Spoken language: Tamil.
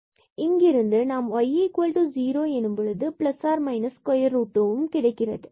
எனவே இங்கிருந்து நாம் y0 and 2 கிடைக்கிறது